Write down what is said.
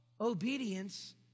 obedience